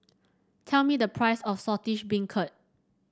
tell me the price of Saltish Beancurd